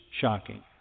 shocking